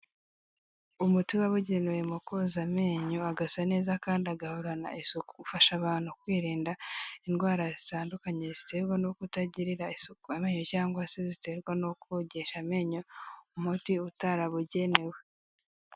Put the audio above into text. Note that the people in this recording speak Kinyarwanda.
Umuti wabugenewe mu koza amenyo agasa neza kandi agahorana isuku, ufasha abantu kwirinda indwara zitandukanye ziterwa no kutagirira isuku amenyo cyangwa se ziterwa no kogesha amenyo umuti utarabugenewe.